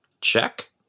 check